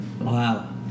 Wow